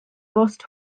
bost